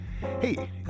hey